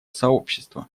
сообщества